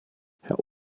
herr